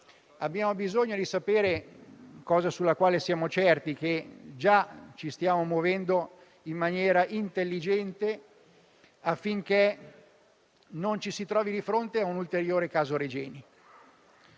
Abbiamo bisogno di sapere - cosa di cui siamo certi - che già ci stiamo muovendo in maniera intelligente, affinché non ci si trovi di fronte a un ulteriore caso Regeni,